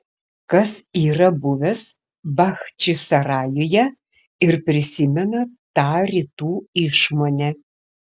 kas yra buvęs bachčisarajuje ir prisimena tą rytų išmonę